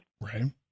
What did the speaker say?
Right